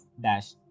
dash